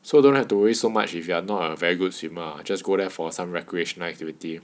so don't have to worry so much if you are not a very good swimmer just go there for some recreational activity